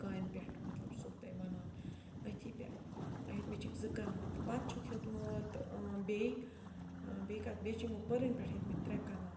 کامہِ پٮ۪ٹھ مطلب چھُسو بہٕ تۄہہِ وَنان أتھی پٮ۪ٹھ ہیٚتۍمٕتۍ چھِکھ زٕ کَنال تہٕ پَتہٕ چھُکھ ہیوٚتمُت بیٚیہِ بیٚیہِ کَتھ بیٚیہِ چھِ یِمو پٔرنۍ پٮ۪ٹھ ہیٚتۍمٕتۍ ترٛےٚ کَنال